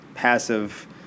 passive